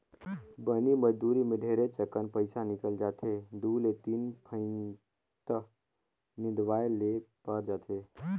बनी मजदुरी मे ढेरेच अकन पइसा निकल जाथे दु ले तीन फंइत निंदवाये ले पर जाथे